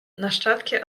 нащадки